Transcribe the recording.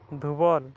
ଧୁବଲ୍